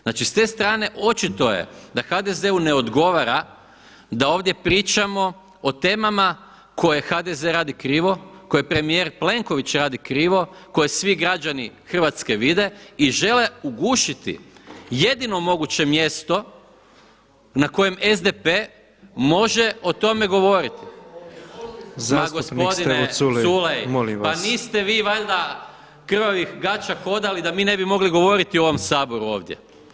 Znači s te strane očito je da HDZ-u ne odgovara da ovdje pričamo o temama koje HDZ radi krivo, koje premijer Plenković radi krivo, koje svi građani Hrvatske vide i žele ugušiti jedino moguće mjesto na kojem SDP može o tome govoriti. … [[Upadica sa strane, ne razumije se.]] Ma gospodine Culej, pa niste vi valjda krvavih gaća hodali da mi ne bi mogli govoriti u ovom Saboru ovdje.